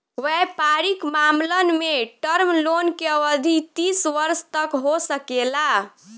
वयपारिक मामलन में टर्म लोन के अवधि तीस वर्ष तक हो सकेला